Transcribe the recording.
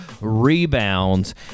rebounds